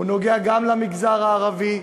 הוא נוגע גם למגזר הערבי,